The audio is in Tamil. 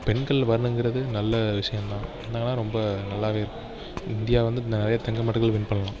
பெண்கள் வரணுங்கிறது நல்ல விஷயந்தான் வந்தாங்கன்னால் ரொம்ப நல்லாவே இந்தியா வந்து நிறைய தங்க மெடல்கள் வின் பண்ணலாம்